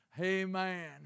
Amen